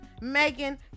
Megan